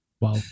Wow